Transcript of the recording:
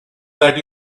that